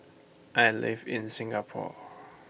I live in Singapore